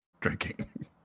drinking